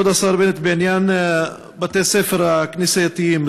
בעניין בתי-הספר הכנסייתיים,